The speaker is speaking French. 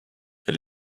elle